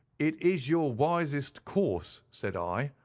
it is your wisest course said i.